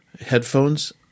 headphones